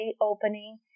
opening